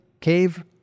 cave